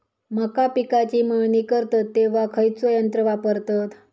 मका पिकाची मळणी करतत तेव्हा खैयचो यंत्र वापरतत?